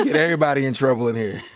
and everybody in trouble in here.